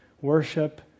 worship